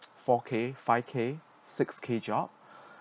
four K five K six K job